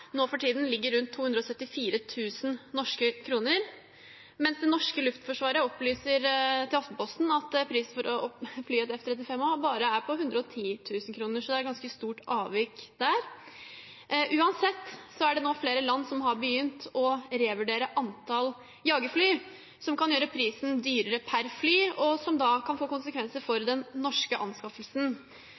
nå for tiden ligger på rundt 274 000 norske kroner, mens det norske luftforsvaret opplyser til Aftenposten at timeprisen for å fly et F-35A bare er på 110 000 kr. Så det er ganske stort avvik der. Uansett er det nå flere land som har begynt å revurdere antall jagerfly, noe som kan gjøre prisen høyere per fly, og som da kan få konsekvenser for den norske anskaffelsen.